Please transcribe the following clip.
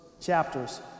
chapters